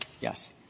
Yes